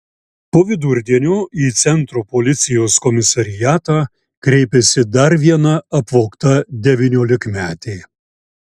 po vidurdienio į centro policijos komisariatą kreipėsi dar viena apvogta devyniolikmetė